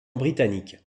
britannique